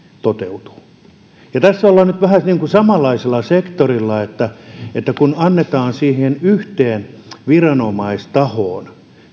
toteutuu tässä ollaan nyt vähän samanlaisella sektorilla että että kun annetaan siihen yhteen viranomaistahoon